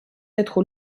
être